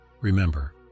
Remember